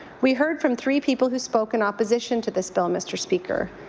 we heard from three people who spoke in opposition to this bill, mr. speaker.